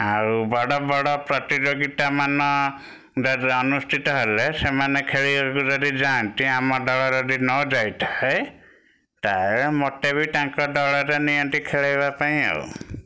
ଆଉ ବଡ଼ବଡ଼ ପ୍ରତିଯୋଗିତା ମାନ ଯଦି ଅନୁଷ୍ଠିତ ହେଲେ ସେମାନେ ଖେଳିବାକୁ ଯଦି ଯାଆନ୍ତି ଆମ ଦଳ ଯଦି ନ ଯାଇଥାଏ ତାହେଲେ ମୋତେ ବି ତାଙ୍କ ଦଳରେ ନିଅନ୍ତି ଖେଳାଇବା ପାଇଁ ଆଉ